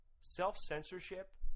self-censorship